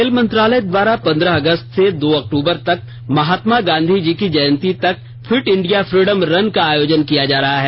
खेल मंत्रालय द्वारा पंद्रह अगस्त से दो अक्टूबर तक महात्मा गाँधी जी कि जयंती तक फिट इंडिया फ्रीडम रन का आयोजन किया जा रहा है